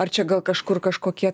ar čia gal kažkur kažkokie